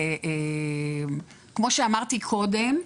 כמו שאמרתי קודם,